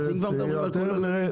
אז אם כבר מדברים על כוללנית,